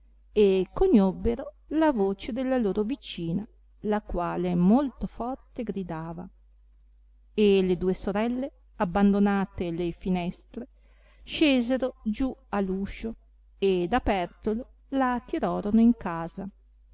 e cognobbero la voce della loro vicina la quale molto forte gridava e le due sorelle abbandonate le finestre scesero giù a l'uscio ed apertolo la tirorono in casa